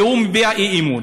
ובזה הוא מביע אי-אמון.